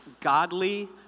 godly